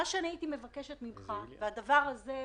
מה שאני מבקשת ממך וזה דבר שהוא